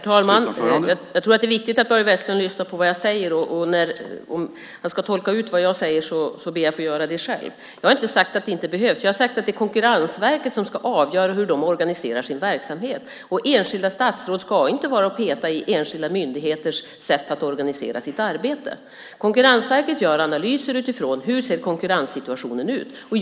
Herr talman! Det är viktigt att Börje Vestlund lyssnar på vad jag säger. Om någon ska tolka vad jag säger ber jag att få göra det själv. Jag har inte sagt att det inte behövs. Jag har sagt att det är Konkurrensverket som ska avgöra hur de organiserar sin verksamhet: Enskilda statsråd ska inte peta i enskilda myndigheters sätt att organisera sitt arbete. Konkurrensverket gör analyser utifrån hur konkurrenssituationen ser ut.